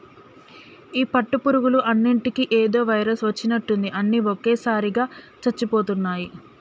ఈ పట్టు పురుగులు అన్నిటికీ ఏదో వైరస్ వచ్చినట్టుంది అన్ని ఒకేసారిగా చచ్చిపోతున్నాయి